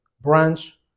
branch